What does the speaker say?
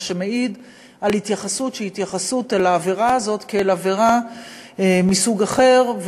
מה שמעיד על התייחסות שהיא התייחסות אל העבירה הזאת כאל עבירה מסוג אחר,